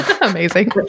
Amazing